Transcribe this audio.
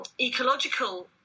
ecological